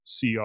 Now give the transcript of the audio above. CR